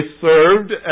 served